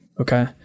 Okay